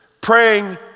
praying